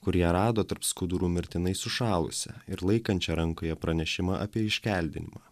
kur ją rado tarp skudurų mirtinai sušalusią ir laikančią rankoje pranešimą apie iškeldinimą